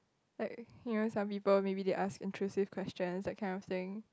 like you know some people maybe they ask intrusive questions that kind of thing